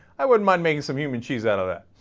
i would monday some you mean she's and